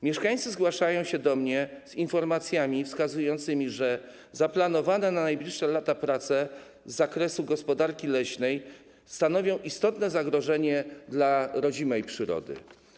Mieszkańcy zgłaszają się do mnie z informacjami wskazującymi, że zaplanowane na najbliższe lata prace z zakresu gospodarki leśnej stanowią istotne zagrożenie dla rodzimej przyrody.